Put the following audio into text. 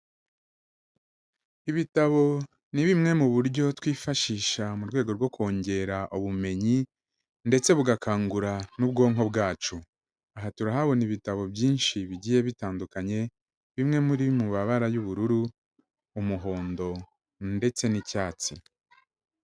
Ibitabo ni bimwe mu buryo twifashisha mu rwego rwo kongera ubumenyi, ndetse bugakangura n'ubwonko bwacu. Aha turahabona ibitabo byinshi bigiye bitandukanye bimwe muri mu mabara y'ubururu, umuhondo ndetse n'icyatsi.